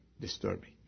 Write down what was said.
disturbing